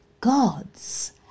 God's